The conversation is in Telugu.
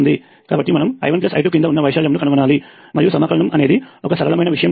కాబట్టి మనము I1I2 క్రింద వున్నా వైశాల్యము ని కనుగొనాలి మరియు సమాకలనము అనేది ఒక సరళమైన విషయము